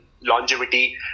longevity